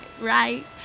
right